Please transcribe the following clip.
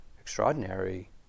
extraordinary